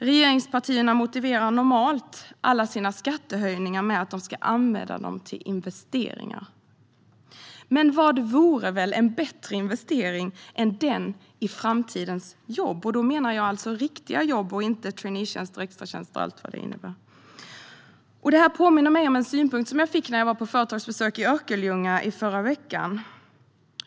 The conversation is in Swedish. Regeringspartierna motiverar normalt alla sina skattehöjningar med att de ska användas till investeringar. Men vad vore väl en bättre investering än den i framtidens jobb? Då menar jag alltså riktiga jobb och inte traineetjänster, extratjänster och allt vad det är. Detta påminner mig om en synpunkt när jag var på ett företagsbesök i Örkelljunga i förra veckan.